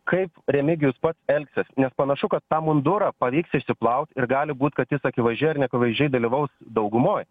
kaip remigijus pats elgsis nes panašu kad tą mundurą pavyks išsiplaut ir gali būt kad jis akivaizdžiai ar neakivaizdžiai dalyvaus daugumoj